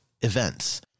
events